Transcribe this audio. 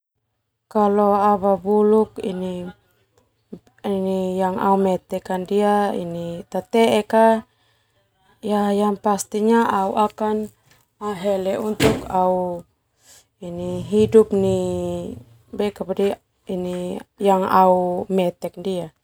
Kalau yang au mete ndia teteek ka, yang pastinya au pasti ahele untuk au aso'da nai yang au mete ndia.